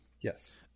Yes